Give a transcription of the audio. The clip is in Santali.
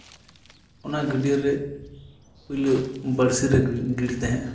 ᱚᱱᱟ ᱜᱟᱹᱰᱭᱟᱹ ᱨᱮ ᱯᱳᱭᱞᱳ ᱵᱟᱹᱬᱥᱤ ᱞᱮ ᱜᱤᱲᱤ ᱛᱟᱦᱮᱸᱜᱼᱟ